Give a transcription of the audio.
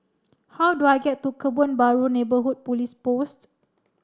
how do I get to Kebun Baru Neighbourhood Police Post